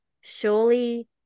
surely